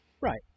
Right